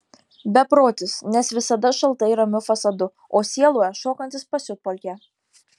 beprotis nes visada šaltai ramiu fasadu o sieloje šokantis pasiutpolkę